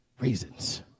reasons